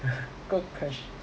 good question